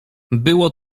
było